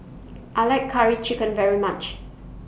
I like Curry Chicken very much